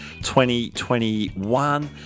2021